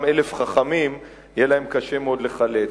גם אלף חכמים יהיה להם קשה מאוד לחלץ.